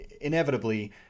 Inevitably